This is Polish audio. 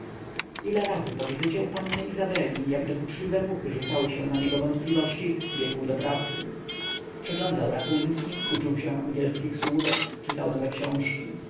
ile razy po wizycie u panny izabeli jak dokuczliwe muchy rzucały się na niego wątpliwości biegł do pracy przeglądał rachunki uczył się angielskich słówek czytał nowe książki